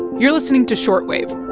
you're listening to short wave.